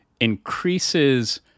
increases